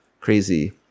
crazy